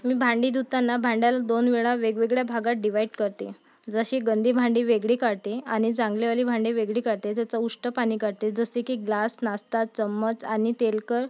मी भांडी धुताना भांड्याला दोन वेळा वेगवेगळ्या भागात डिव्हाईड करते जशी गंदी भांडी वेगळी काढते आणि चांगल्यावाली भांडी वेगळी काढते त्याचं उष्टं पाणी काढते जसं की ग्लास नाश्ता चम्मच आणि तेलकर